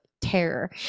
Terror